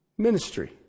Ministry